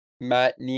Matt